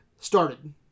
Started